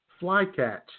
Flycatch